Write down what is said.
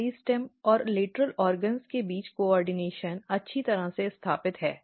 meristem और lateral अंगों के बीच समन्वय अच्छी तरह से स्थापित है